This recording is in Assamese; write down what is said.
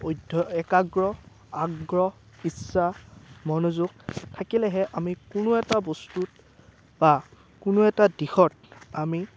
একাগ্ৰ আগ্ৰহ ইচ্ছা মনোযোগ থাকিলেহে আমি কোনো এটা বস্তুত বা কোনো এটা দিশত আমি